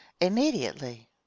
immediately